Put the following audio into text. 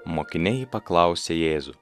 mokiniai paklausė jėzų